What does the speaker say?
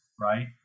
right